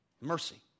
Mercy